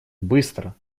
быстро